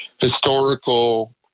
historical